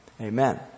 Amen